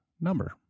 number